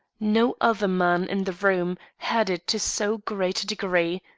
no other man in the room had it to so great a degree,